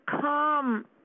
come